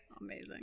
Amazing